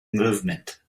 movement